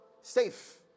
safe